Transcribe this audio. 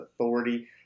Authority